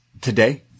today